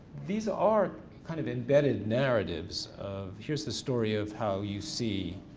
these are kind of embedded narratives of here's the story of how you see,